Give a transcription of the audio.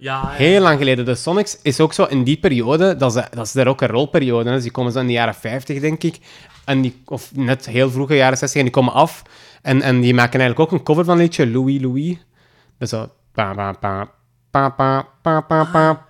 Ja, ja, Heel lang ja. geleden. De Sonics is ook zo in die periode dat ze- dat ze daar ook een rolperiode hadden. Dus die komen zo in de jaren 50, denk ik. En die- of net heel vroege jaren 60, en die komen af. En- en die maken eigenlijk ook een cover van het liedje Louis Louis. Dat is zo, pa, pa, pa, pa, pa, pa, pa, pa, Ah.